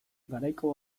garaiko